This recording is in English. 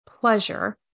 pleasure